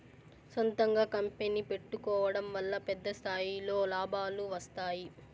సొంతంగా కంపెనీ పెట్టుకోడం వల్ల పెద్ద స్థాయిలో లాభాలు వస్తాయి